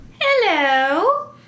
Hello